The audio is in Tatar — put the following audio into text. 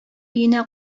өенә